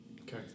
Okay